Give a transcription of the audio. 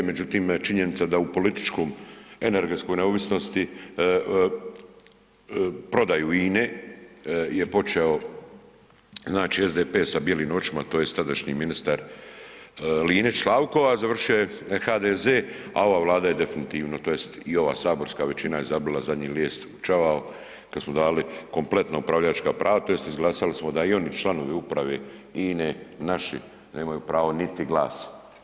Međutim, činjenica da u političkom energetskoj neovisnosti prodaju INA-e je počeo znači SDP sa bijelim očima tj. tadašnji ministar Linić Slavko, a završio je HDZ, a ova Vlada je definitivno tj. i ova saborska većina je zabila zadnji lijes u čavao kad smo dali kompletna upravljačka prava tj. izglasali smo da i oni članovi uprave INA-e naši nemaju pravo niti glasa.